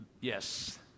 yes